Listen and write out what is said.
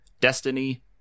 Destiny